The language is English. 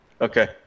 okay